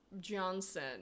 johnson